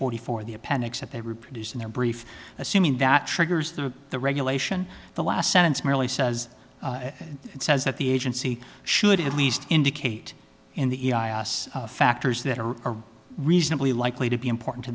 forty four the appendix that they reproduced in their brief assuming that triggers the the regulation the last sentence merely says it says that the agency should at least indicate in the factors that are reasonably likely to be important to